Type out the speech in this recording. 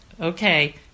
Okay